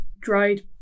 dried